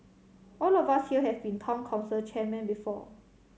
all of us here have been Town Council chairmen before